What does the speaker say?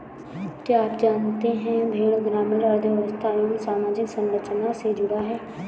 क्या आप जानते है भेड़ ग्रामीण अर्थव्यस्था एवं सामाजिक संरचना से जुड़ा है?